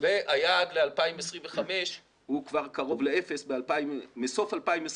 והיעד ל-2025 הוא קרוב לאפס כך שבסוף 2025